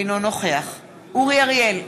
אינו נוכח אורי אריאל,